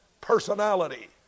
personality